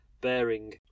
bearing